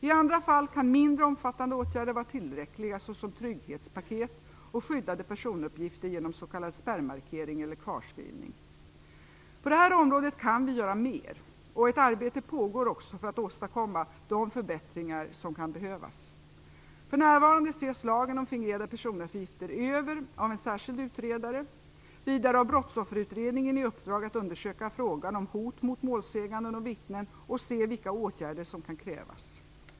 I andra fall kan mindre omfattande åtgärder vara tillräckliga såsom trygghetspaket och skyddade personuppgifter genom s.k. spärrmarkering eller kvarskrivning. På det här området kan vi göra mer. Ett arbete pågår också för att åstadkomma de förbättringar som kan behövas. För närvarande ses lagen om fingerade personuppgifter över av en särskild utredare. Vidare har Brottsofferutredningen i uppdrag att undersöka frågan om hot mot målsägande och vittnen och se vilka åtgärder som kan krävas.